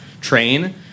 train